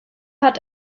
hat